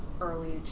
early